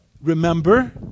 remember